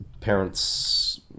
parents